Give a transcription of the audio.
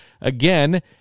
again